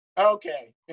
Okay